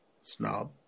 Snob